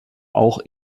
auch